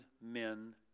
men